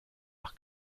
nach